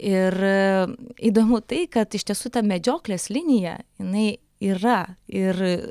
ir įdomu tai kad iš tiesų ta medžioklės linija jinai yra ir